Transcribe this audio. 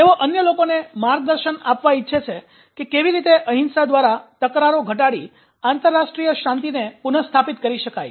તેઓ અન્ય લોકોને માર્ગદર્શન આપવા ઇચ્છે છે કે કેવી રીતે અહિંસા દ્વારા તકરારો ઘટાડી આંતરરાષ્ટ્રીય શાંતિને પુનસ્થાપિત કરી શકાય